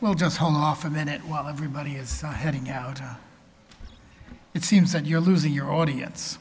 well just home off a minute while everybody is heading out it seems that you're losing your audience